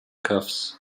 cuffs